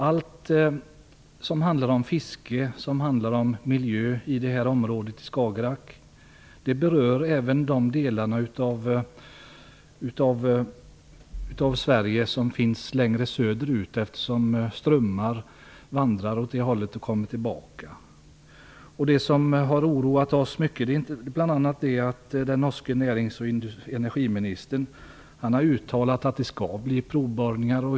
Allt som berör fiske och miljö i det här området i Skagerrak berör även de delar av Sverige som finns längre söderut med tanke på hur strömmarna går. Det som oroat oss mycket är bl.a. att den norske industri och energiministern har uttalat att det skall bli provborrningar.